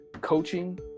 coaching